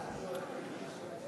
התרבות והספורט להכנה לקריאה ראשונה.